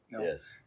Yes